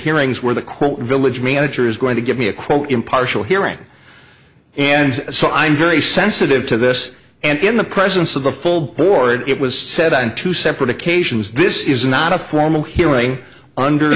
hearings where the quote village manager is going to give me a quote impartial hearing and so i'm very sensitive to this and in the presence of the full board it was said on two separate occasions this is not a formal hearing under